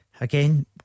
Again